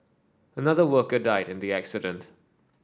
another worker died in the accident